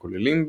הכוללים,